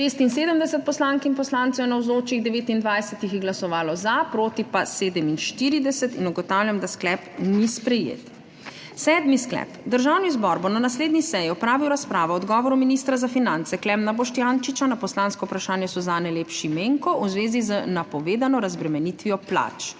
76 poslank in poslancev je navzočih, 29 jih je glasovalo za, proti pa 47. (Za je glasovalo 29.) (Proti 47.) Ugotavljam, da sklep ni sprejet. Sedmi sklep: Državni zbor bo na naslednji seji opravil razpravo o odgovoru ministra za finance Klemna Boštjančiča na poslansko vprašanje Suzane Lep Šimenko v zvezi z napovedano razbremenitvijo plač.